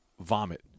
vomit